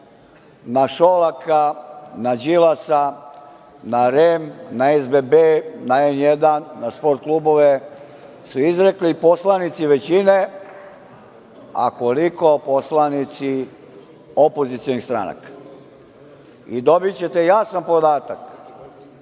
na Šolaka, na Đilasa, na REM, na SBB, na „N1“, na „Sport klubove“, su izrekli poslanici većine, a koliko poslanici opozicionih stranaka i dobićete jasan podatak